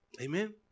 Amen